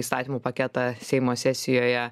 įstatymų paketą seimo sesijoje